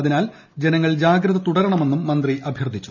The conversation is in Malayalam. അതിനാൽ ജാഗ്രത തുടരണമെന്നും മന്ത്രി അഭ്യർത്ഥിച്ചു